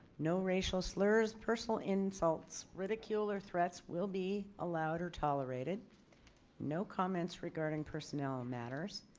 no racial slurs personal insults ridicule or threats will be allowed or tolerated no comments regarding personnel and matters.